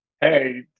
hey